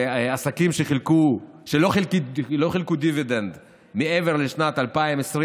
ועסקים שלא חילקו דיבידנד מעבר לשנת 2020,